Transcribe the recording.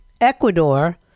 Ecuador